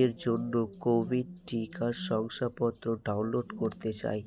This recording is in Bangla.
এর জন্য কোভিড টিকা শংসাপত্র ডাউনলোড করতে চাই